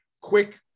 quick